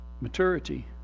Maturity